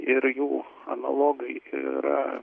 ir jų analogai yra